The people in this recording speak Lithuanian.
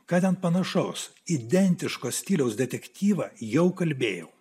ką ten panašaus identiško stiliaus detektyvą jau kalbėjau